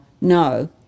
No